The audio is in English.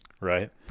Right